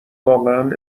واقعا